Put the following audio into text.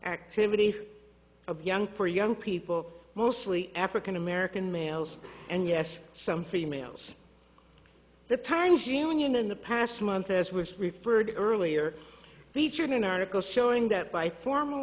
activity of young for young people mostly african american males and yes some females the times union in the past month as was referred earlier featured an article showing that by formal